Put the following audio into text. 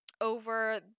over